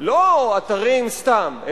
לא אתרים סתם,